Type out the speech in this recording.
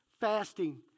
Fasting